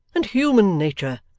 and human nature.